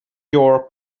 your